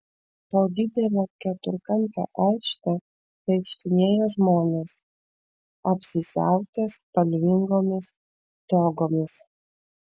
po didelę keturkampę aikštę vaikštinėjo žmonės apsisiautę spalvingomis togomis